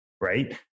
right